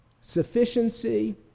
sufficiency